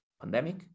pandemic